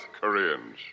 Koreans